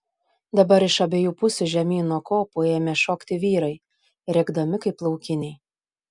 dabar iš abiejų pusių žemyn nuo kopų ėmė šokti vyrai rėkdami kaip laukiniai